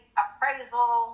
appraisal